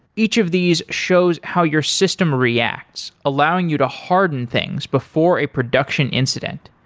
each of these shows how your system reacts allowing you to harden things before a production incident.